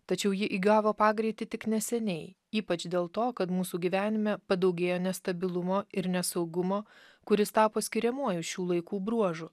tačiau ji įgavo pagreitį tik neseniai ypač dėl to kad mūsų gyvenime padaugėjo nestabilumo ir nesaugumo kuris tapo skiriamuoju šių laikų bruožų